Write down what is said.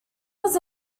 was